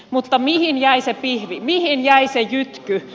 mutta mihin jäi se pihvi mihin jäi se jytky